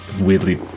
weirdly